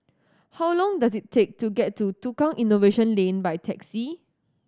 how long does it take to get to Tukang Innovation Lane by taxi